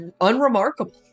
unremarkable